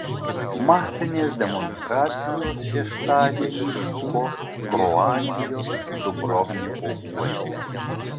masinės demonstracijos šeštadienį vyko kroatijos dubrovniko uoste